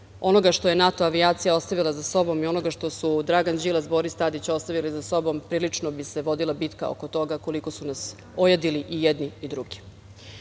onoga što je NATO avijacija ostavila za sobom i onoga što su Dragan Đilas, Boris Tadić ostavili za sobom, prilično bi se vodila bitka oko toga koliko su nas ojadili i jedni i